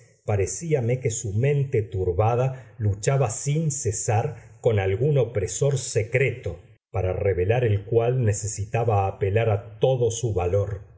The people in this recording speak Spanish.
ocasiones parecíame que su mente turbada luchaba sin cesar con algún opresor secreto para revelar el cual necesitaba apelar a todo su valor